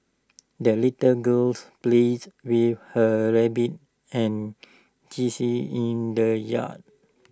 the little girls played with her rabbit and geese in the yard